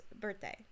birthday